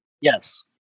Yes